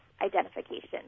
identification